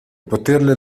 poterle